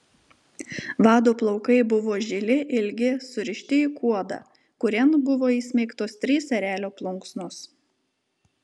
vado plaukai buvo žili ilgi surišti į kuodą kurian buvo įsmeigtos trys erelio plunksnos